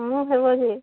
ହଁ ହେବ ଯେ